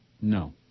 No